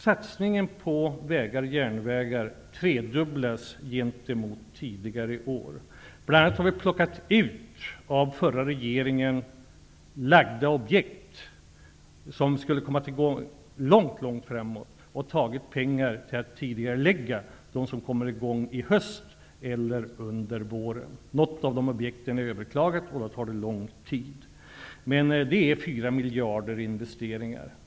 Satsningen på vägar och järnvägar kommer att tredubblas gentemot tidigare år. Vi har bl.a. lyft ut objekt som av den förra regeringen var planlagda att komma i gång långt fram i tiden och använder pengarna till att tidigarelägga de projekt som kan komma i gång i höst, eller under våren. Några av projekten är överklagade, varför det tar lång tid. Det handlar om fyra miljarder kronor i investeringar.